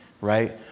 right